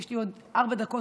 יש לי עוד ארבע דקות,